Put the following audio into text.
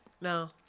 No